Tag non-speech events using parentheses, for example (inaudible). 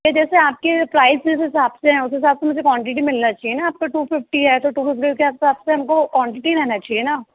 के जैसे आपके प्राइस जिस हिसाब से हैं उस हिसाब से मुझे क्वानटिटी मिलना चाहिए न आपका टु फिफ्टी हैं तो टु फिफ्टी (unintelligible) हमको क्वानटिटी रहना चाहिए न